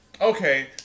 Okay